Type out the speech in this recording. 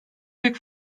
pek